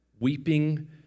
weeping